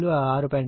3 గా ఉంటుంది